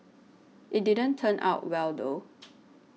it didn't turn out well though